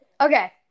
Okay